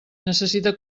necessita